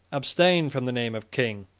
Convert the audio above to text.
abstained from the name of king,